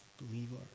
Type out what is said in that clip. believer